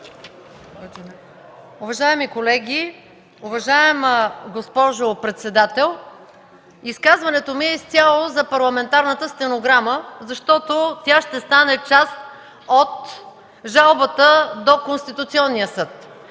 Уважаеми колеги, уважаема госпожо председател, изказването ми е изцяло за парламентарната стенограма, защото тя ще стане част от жалбата до Конституционния съд,